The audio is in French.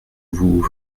vous